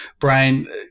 brian